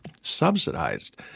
subsidized